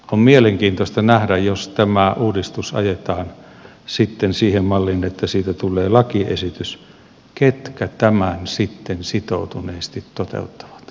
on mielenkiintoista nähdä jos tämä uudistus ajetaan sitten siihen malliin että siitä tulee lakiesitys ketkä tämän sitten sitoutuneesti toteuttavat